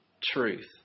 truth